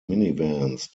minivans